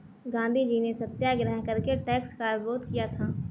गांधीजी ने सत्याग्रह करके टैक्स का विरोध किया था